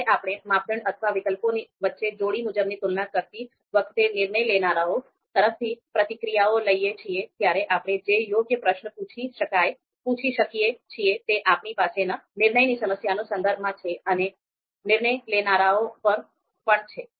જ્યારે આપણે માપદંડ અથવા વિકલ્પોની વચ્ચે જોડી મુજબની તુલના કરતી વખતે નિર્ણય લેનારાઓ તરફથી પ્રતિક્રિયાઓ લઈએ છીએ ત્યારે આપણે જે યોગ્ય પ્રશ્ન પૂછી શકીએ છીએ તે આપણી પાસેના નિર્ણયની સમસ્યાનું સંદર્ભ માં છે અને નિર્ણય લેનારાઓ પર પણ છે